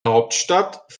hauptstadt